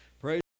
Praise